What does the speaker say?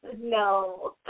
No